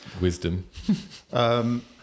wisdom